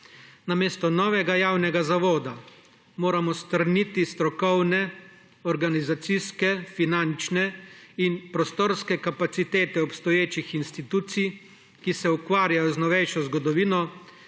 Namesto novega javnega zavoda moramo strniti strokovne, organizacijske, finančne in prostorske kapacitete obstoječih institucij, ki se ukvarjajo z novejšo zgodovino,